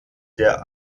der